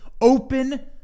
open